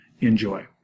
Enjoy